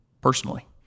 personally